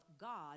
God